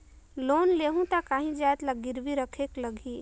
Loan लेहूं ता काहीं जाएत ला गिरवी रखेक लगही?